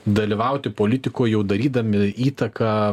dalyvauti politikoj jau darydami įtaką